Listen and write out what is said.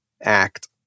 Act